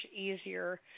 easier